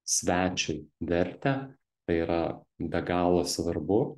svečiui vertę tai yra be galo svarbu